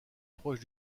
proche